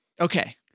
okay